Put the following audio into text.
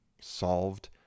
solved